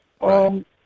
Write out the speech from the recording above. right